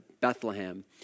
Bethlehem